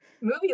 movie